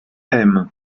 aimes